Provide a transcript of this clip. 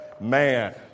man